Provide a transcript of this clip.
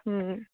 ਹਮ